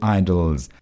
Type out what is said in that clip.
idols